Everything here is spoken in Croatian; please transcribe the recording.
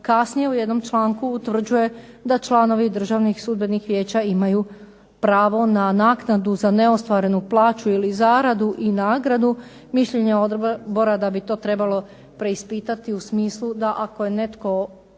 kasnije u jednom članku utvrđuje da članovi Državnog sudbenog vijeća imaju pravo na naknadu za neostvarenu plaću ili zaradu i nagradu. Mišljenje odbora je da bi to trebalo preispitati u smislu da ako je netko